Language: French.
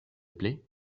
plaît